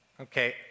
Okay